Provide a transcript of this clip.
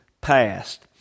past